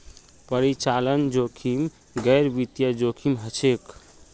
परिचालन जोखिम गैर वित्तीय जोखिम हछेक